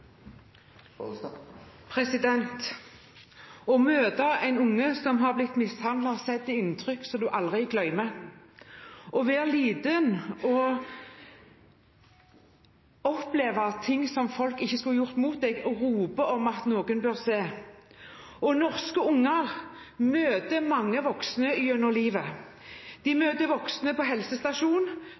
Å møte en unge som har blitt mishandlet, gir inntrykk som man aldri glemmer – av det å være liten og oppleve ting som folk ikke skulle gjort mot en, og rope om at noen bør se. Norske unger møter mange voksne gjennom livet. De møter voksne på